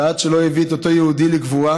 ועד שלא הביא את אותו יהודי לקבורה,